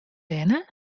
berne